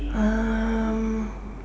um